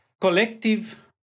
collective